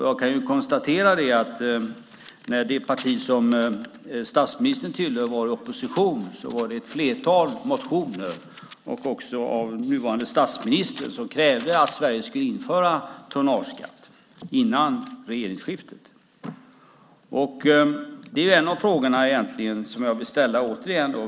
Jag kan konstatera att när det parti som statsministern tillhör var i opposition väcktes ett flertal motioner, också av nuvarande statsministern, som krävde att Sverige skulle införa tonnageskatt före regeringsskiftet. Det är egentligen en av de frågor jag vill ställa återigen.